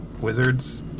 wizard's